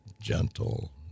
gentle